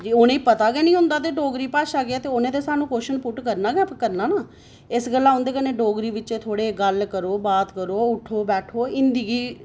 उ'नेंगी पता गै निं ऐ की डोगरी भाशा केह् ऐ ते उ'नें ते सानूं क्वेच्शन पुट करना गै करना ऐ ना इस गल्ला उं'दे कन्नै थोह्ड़ी उं'दे कन्नै गल्ल करो बात करो उट्ठो बैठो हिंदी गी